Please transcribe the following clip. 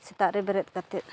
ᱥᱮᱛᱟᱜ ᱨᱮ ᱵᱮᱨᱮᱫᱽ ᱠᱟᱛᱮᱫ